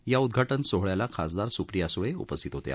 या उद्घाटन सोहळ्याला खासदार स्प्रिया स्ळे उपस्थित होत्या